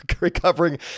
recovering